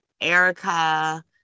erica